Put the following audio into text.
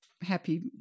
happy